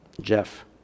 Jeff